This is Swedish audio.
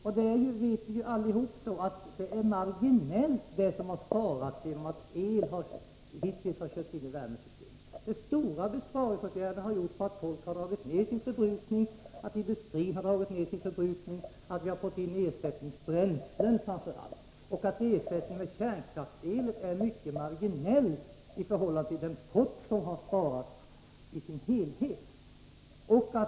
Men vi vet allihop att det är marginellt det som har sparats genom att el har körts in i värmesystemen. De stora besparingsåtgärderna har gjorts genom att folk dragit ner förbrukningen, att industrin har dragit ner sin förbrukning och framför allt att vi har fått in ersättningsbränslen. Den oljeersättning som skett genom kärnkraftselen är mycket marginell i förhållande till den pott som har sparats.